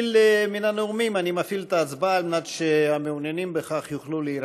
להודיעכם, כי הונחו היום על שולחן הכנסת, לקריאה